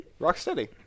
Rocksteady